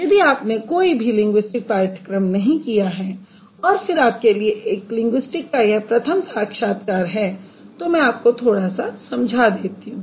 यदि आपने कोई भी लिंगुइस्टिक पाठ्यक्रम नहीं किया है और फिर आप के लिए लिंगुइस्टिक का यह प्रथम साक्षात्कार है तो मैं आपको थोड़ा और समझा देती हूँ